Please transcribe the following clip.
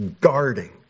guarding